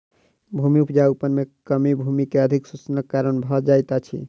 भूमि उपजाऊपन में कमी भूमि के अधिक शोषणक कारण भ जाइत अछि